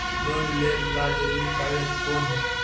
Loan लेब ला जरूरी कागजात कोन है?